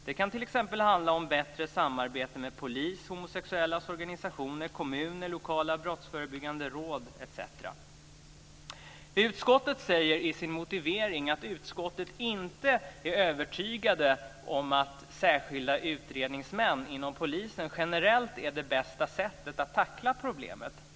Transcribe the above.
Det kan t.ex. handla om bättre samarbete mellan polis, homosexuellas organisationer, kommuner, lokala brottsförebyggande råd etc. Utskottet säger i sin motivering att man i utskottet inte är övertygade om att särskilda utredningsmän inom polisen generellt är det bästa sättet att tackla problemet.